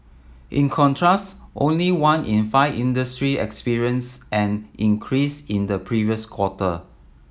in contrast only one in five industry experienced an increase in the previous quarter